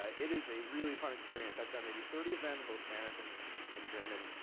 ah it is a really fun experience. i've done maybe thirty of them in both spanish and and german,